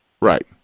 Right